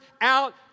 out